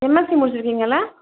MSc முடிச்சுருக்கீங்கில்ல